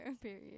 Period